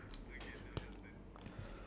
ya like no point already